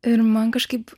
ir man kažkaip